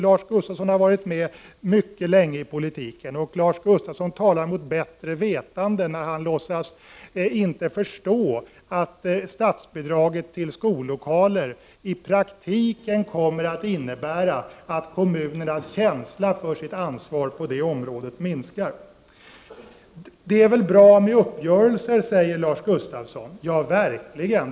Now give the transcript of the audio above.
Lars Gustafsson har varit med mycket länge i politiken, och han talar mot bättre vetande när han låtsas att han inte förstår att statsbidraget till skollokaler i praktiken kommer att innebära att kommunernas känsla för sitt ansvar på detta område minskar. Det är väl bra med uppgörelser sade Lars Gustafsson. Ja, verkligen!